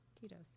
Tito's